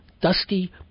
dusty